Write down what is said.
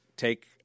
take